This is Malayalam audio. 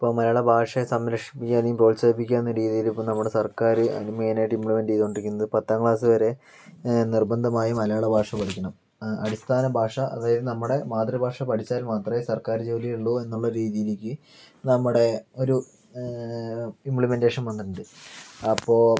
ഇപ്പോൾ മലയാളഭാഷയെ സംരക്ഷിപ്പിക്കാനും പ്രോത്സാഹിപ്പിക്കാനും രീതിയിൽ ഇപ്പോൾ നമ്മുടെ സർക്കാര് മെയിനായിട്ട് ഇമ്പ്ലിമെന്റ് ചെയ്തുകൊണ്ടിരിക്കുന്നത് പത്താം ക്ലാസ് വരെ നിർബന്ധമായി മലയാളഭാഷ പഠിക്കണം അടിസ്ഥാന ഭാഷ അതായത് നമ്മുടെ മാതൃഭാഷ പഠിച്ചാൽ മാത്രമേ സർക്കാർ ജോലി ഉള്ളൂ എന്നുള്ള രീതിയിലേക്ക് നമ്മുടെ ഒരു ഇമ്പ്ലിമെന്റേഷൻ വന്നിട്ടുണ്ട് അപ്പോൾ